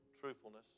truthfulness